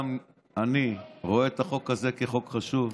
גם אני רואה את החוק הזה כחוק חשוב.